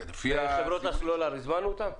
חברות הסלולר, הזמנו אותן?